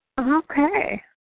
Okay